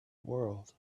world